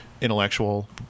Intellectual